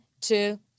two